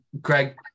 Greg